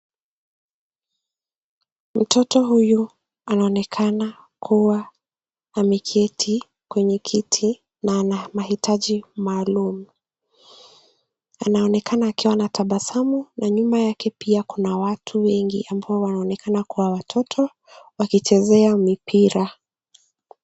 Mtoto huyu anaonekana kuwa ameketi kwenye kiti na ana mahitaji maalum. Anaonekana akiwa na tabasamu , nyuma yake pia kuna wengi ambao wanaonekana kuwa watoto wakichezea mipira.